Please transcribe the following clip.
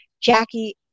Jackie